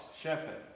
shepherd